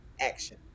action